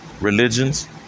religions